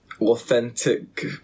authentic